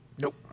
Nope